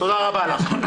תודה רבה לך.